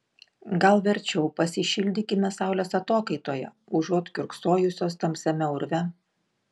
gal verčiau pasišildykime saulės atokaitoje užuot kiurksojusios tamsiame urve